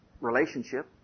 relationship